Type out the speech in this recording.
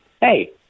Hey